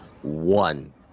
one